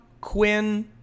Quinn